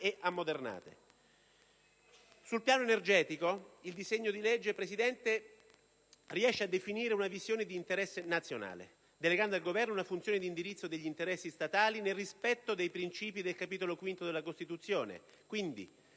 e ammodernate. Sul piano energetico il disegno di legge riesce a definire una visione di interesse nazionale, delegando al Governo una funzione di indirizzo degli interessi statali nel rispetto dei principi del Titolo V della Costituzione